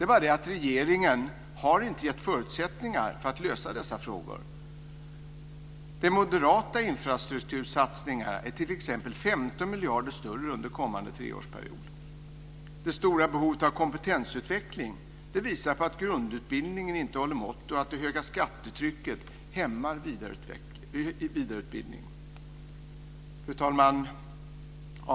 Det är bara det att regeringen inte har gett förutsättningar för att lösa dessa problem. Det stora behovet av kompetensutveckling visar att grundutbildningen inte håller måttet och att det höga skattetrycket hämmar vidareutbildning. Fru talman!